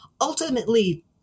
Ultimately